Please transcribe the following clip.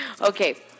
Okay